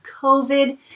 covid